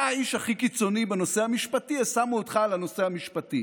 אתה איש הכי קיצוני בנושא המשפטי אז שמו אותך על הנושא המשפטי.